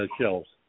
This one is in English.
shelves